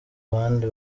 abandi